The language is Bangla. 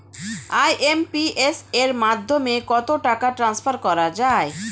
আই.এম.পি.এস এর মাধ্যমে কত টাকা ট্রান্সফার করা যায়?